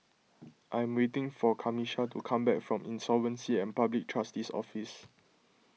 I am waiting for Camisha to come back from Insolvency and Public Trustee's Office